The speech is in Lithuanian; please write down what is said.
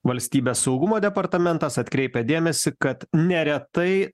valstybės saugumo departamentas atkreipia dėmesį kad neretai